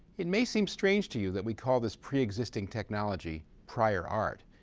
it may seem strange to you that we call this pre-existing technology prior art,